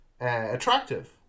attractive